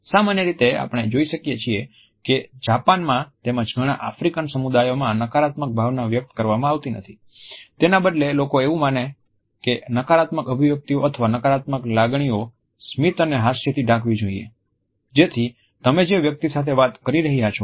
સામાન્ય રીતે આપણે જોઈ શકીએ છીએ કે જાપાનમાં તેમજ ઘણા આફ્રિકન સમુદાયોમાં નકારાત્મક ભાવના વ્યક્ત કરવામાં આવતી નથી તેના બદલે લોકો એવું માને છે કે નકારાત્મક અભિવ્યક્તિઓ અથવા નકારાત્મક લાગણીઓ સ્મિત અને હાસ્યથી ઢાંકવી જોઈએ જેથી તમે જે વ્યક્તિ સાથે વાત કરી રહ્યાં છો